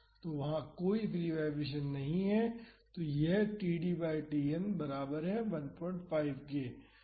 तो वहां कोई फ्री वाईब्रेशन नहीं है तो यह td बाई Tn बराबर 15 के समान है